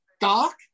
Doc